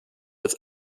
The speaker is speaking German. als